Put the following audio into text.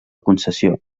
concessió